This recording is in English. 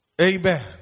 Amen